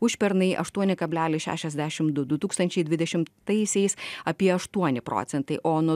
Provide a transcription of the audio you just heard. užpernai aštuoni kablelis šešiasdešim du du tūkstančiai dvidešimtaisiais apie aštuoni procentai o nuo